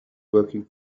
working